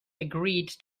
agreed